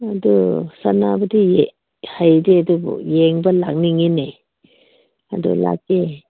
ꯑꯗꯨ ꯁꯥꯟꯅꯕꯗꯤ ꯍꯩꯇꯦ ꯑꯗꯨꯕꯨ ꯌꯦꯡꯕ ꯂꯥꯛꯅꯤꯡꯉꯤꯅꯦ ꯑꯗꯨ ꯂꯥꯛꯀꯦ